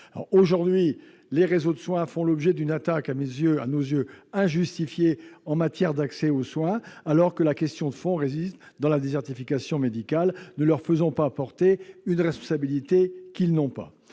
Aujourd'hui, les réseaux de soins font, à nos yeux, l'objet d'une attaque injustifiée en matière d'accès aux soins, alors que la question de fond réside dans la désertification médicale. Ne leur faisons pas porter une responsabilité qu'ils n'ont pas